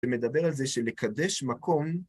ומדבר על זה שלקדש מקום